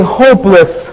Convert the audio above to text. hopeless